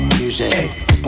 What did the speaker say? music